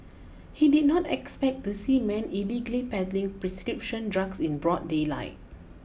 he did not expect to see men illegally peddling prescription drugs in broad daylight